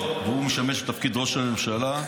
היות שהוא משמש בתפקיד ראש הממשלה,